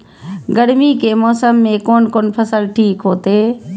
गर्मी के मौसम में कोन कोन फसल ठीक होते?